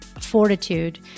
fortitude